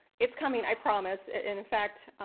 it's coming, i promise. in in fact,